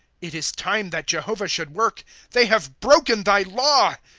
it is time that jehovah should work they have broken thy law.